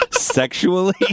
sexually